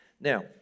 Now